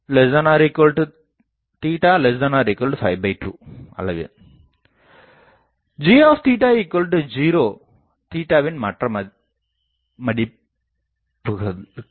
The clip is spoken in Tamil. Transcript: g2n1 cosn 02 g0 வின் மற்ற படிப்புகளுக்கு